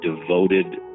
devoted